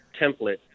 template